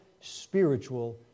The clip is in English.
spiritual